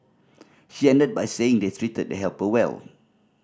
she ended by saying they treated the helper well